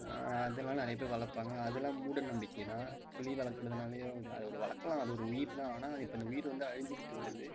அதெலாம் நிறையா பேர் வளர்ப்பாங்க அதெலாம் மூடநம்பிக்கை தான் கிளி வளர்க்கறதுனாலயோ அது ஒரு வளர்க்கலாம் அது உயிர் தான் ஆனால் அது இப்போ அந்த உயிர் வந்து அழிஞ்சுக்கிட்டு வருது